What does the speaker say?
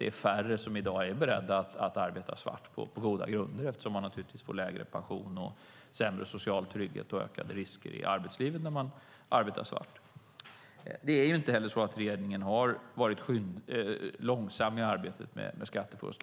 Det är färre som i dag är beredda att arbeta svart - på goda grunder - eftersom man naturligtvis får lägre pension, sämre social trygghet och ökade risker i arbetslivet när man arbetar svart. Det är inte heller så att regeringen har varit långsam i arbetet med skattefusk.